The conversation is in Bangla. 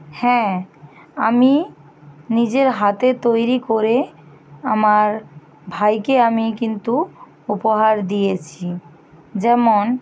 হ্যাঁ আমি নিজের হাতে তৈরি করে আমার ভাইকে আমি কিন্তু উপহার দিয়েছি যেমন